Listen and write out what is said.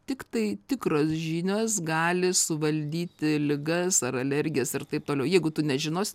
tiktai tikros žinios gali suvaldyti ligas ar alergijas ir taip toliau jeigu tu nežinosi